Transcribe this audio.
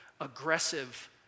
aggressive